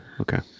okay